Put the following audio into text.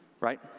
Right